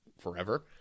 forever